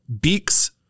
Beaks